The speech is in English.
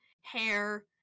hair